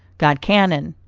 got cannon?